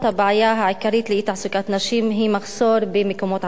הבעיה העיקרית באי-תעסוקת נשים היא מחסור במקומות עבודה.